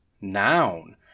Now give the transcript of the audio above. noun